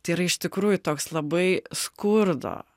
tai yra iš tikrųjų toks labai skurdo